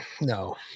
no